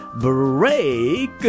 break